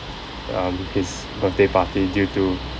um his birthday party due to